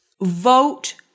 vote